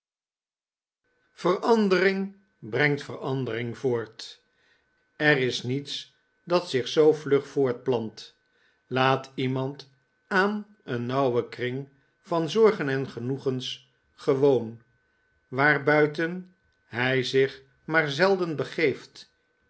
brengt verandering voort er is niets dat zich zoo vlug voortplant laat iemand aan een nauwen kring van xorgen en genoegens gewoon waarbuiten hij zich maar zelden begeeft